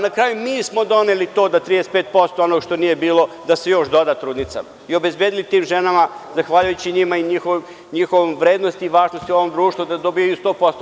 Na kraju, mi smo doneli to da 35%, ono što nije bilo, da se još doda trudnicama i obezbedili tim ženama, zahvaljujući njima i njihovoj vrednosti i važnosti u ovom društvu, da dobijaju 100%